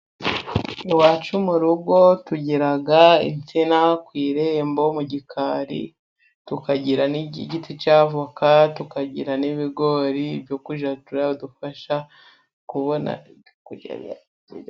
Iwacu mu rugo tugira insina ku irembo, mu gikari tukagira n'igiti cy'avoka, tukagira n'ibigori byokujya biradufasha.